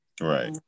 right